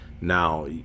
Now